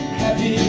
happy